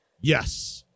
yes